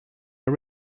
are